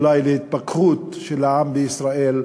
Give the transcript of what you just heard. אולי להתפכחות של העם בישראל,